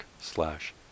slash